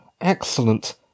excellent